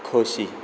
खोशी